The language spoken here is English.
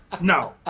No